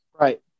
Right